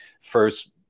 first